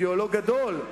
אידיאולוג גדול,